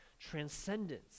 transcendence